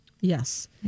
Yes